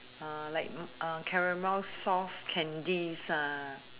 uh like mm uh caramel soft candies ah